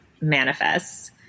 manifests